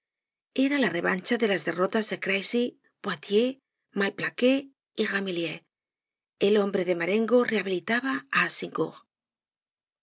era la revancha de las derrotas de crecy poitiers malplaquet y ramillies el hombre de marengo rehabilitaba